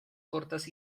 cortas